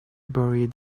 buried